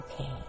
Okay